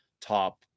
top